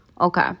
Okay